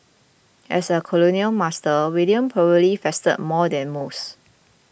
as a colonial master William probably feasted more than most